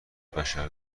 بشر